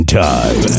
time